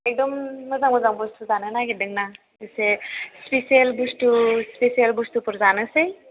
एकद'म मोजां मोजां बुस्तु जानो नागिरदोंना एसे स्पिसियेल बुस्तुफोर जानोसै